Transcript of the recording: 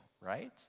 right